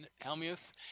Helmuth